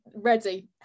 ready